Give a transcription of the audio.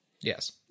Yes